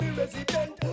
resident